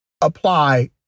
apply